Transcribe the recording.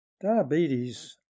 Diabetes